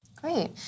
Great